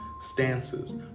stances